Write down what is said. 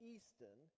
Easton